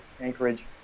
Anchorage